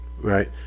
right